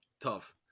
Tough